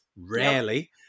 rarely